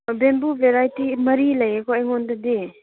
bamboo ꯕꯦꯔꯥꯏꯇꯤ ꯃꯔꯤ ꯂꯩꯌꯦꯀꯣ ꯑꯩꯉꯣꯟꯗꯗꯤ